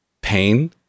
pain